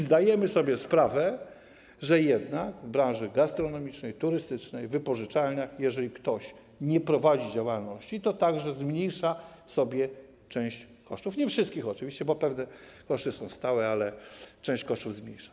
Zdajemy też sobie sprawę, że jednak w branży gastronomicznej, turystycznej, w wypożyczalniach, jeżeli ktoś nie prowadzi działalności, to także zmniejsza sobie część kosztów, nie wszystkie oczywiście, bo pewne koszty są stałe, ale część kosztów zmniejsza.